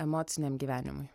emociniam gyvenimui